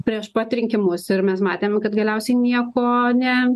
prieš pat rinkimus ir mes matėme kad galiausiai nieko ne